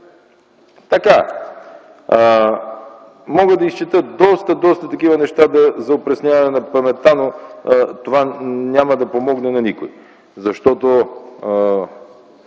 Мога да чета доста, доста такива неща за опресняване паметта, но това няма да помогне на никого. Защото